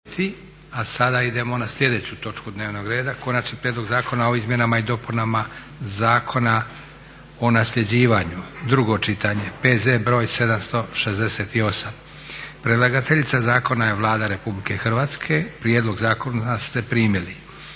A sada idemo na sljedeću točku dnevnog reda. - Konačni prijedlog zakona o izmjenama Zakona o nasljeđivanju, drugo čitanje, P.Z. br. 768 Predlagateljica zakona je Vlada Republike Hrvatske. Prijedlog zakona ste primili.